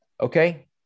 okay